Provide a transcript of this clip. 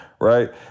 Right